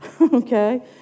Okay